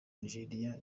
nigeria